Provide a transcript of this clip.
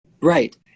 Right